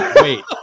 Wait